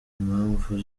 impamvu